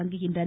தொடங்குகின்றன